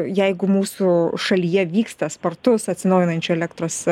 jeigu mūsų šalyje vyksta spartus atsinaujinančių elektros